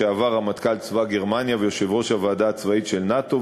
לשעבר רמטכ"ל צבא גרמניה ויושב-ראש הוועדה הצבאית של נאט"ו,